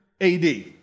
AD